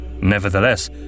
Nevertheless